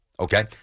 Okay